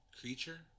Creature